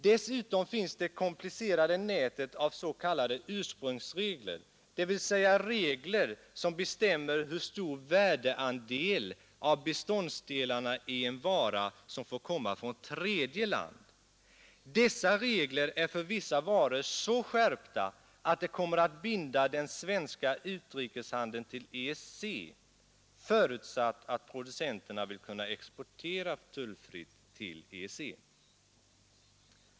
Dessutom finns det komplicerade nätet av s.k. ursprungsregler, dvs. regler som bestämmer hur stor värdeandel av beståndsdelarna i en vara som får komma från tredje land. Dessa regler är för vissa varor så skärpta att de kommer att binda den svenska handeln till EEC förutsatt att producenterna vill kunna exportera tullfritt till EEC.